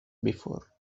before